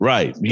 Right